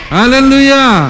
Hallelujah